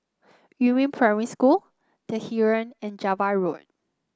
Yumin Primary School The Heeren and Java Road